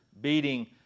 beating